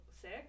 sick